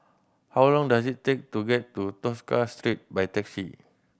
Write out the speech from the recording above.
how long does it take to get to Tosca Street by taxi